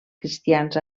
cristians